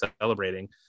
celebrating